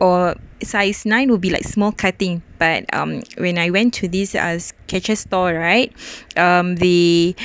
or size nine will be like small cutting but um when I went to this as sketchers store right um the